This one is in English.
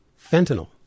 fentanyl